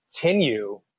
continue